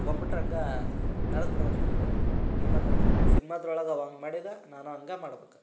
ತಗೊಂಡ್ಬಿಟ್ರೆ ಹಾಗೆ ನಡ್ದು ಬಿಡ್ತದೆ ನಮ್ಗೆ ಸಿನ್ಮಾನಂತರ ಸಿನ್ಮಾದರೊಳಗ ಅವ ಹಾಗೆ ಮಾಡಿದ ನಾನು ಹಂಗಾ ಮಾಡ್ಬೇಕು